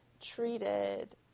treated